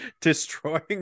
destroying